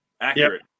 accurate